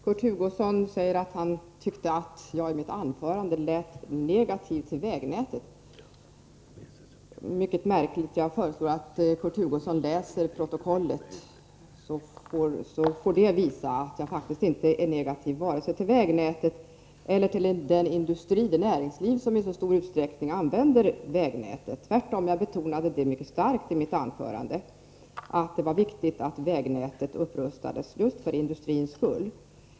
Herr talman! Kurt Hugosson säger att jag i mitt anförande lät negativ till vägnätet. Det är mycket märkligt, och jag föreslår att Kurt Hugosson läser protokollet — det får visa att jag faktiskt inte är negativ vare sig till vägnätet eller till den industri och det näringsliv som i stor utsträckning använder vägnätet. Tvärtom betonade jag mycket starkt i mitt anförande att det var viktigt att vägnätet upprustades just för industrins skull.